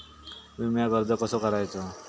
विम्याक अर्ज कसो करायचो?